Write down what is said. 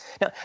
Now